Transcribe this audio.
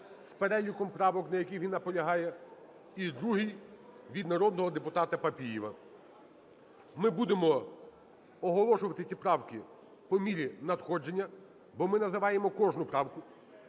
з переліком правок, на яких він наполягає, і другий від народного депутата Папієва. Ми будемо оголошувати ці правки по мірі надходження, бо ми називаємо кожну правку